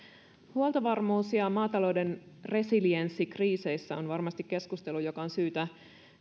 huoltovarmuus ja maatalouden resilienssi kriiseissä on varmasti keskustelu joka on syytä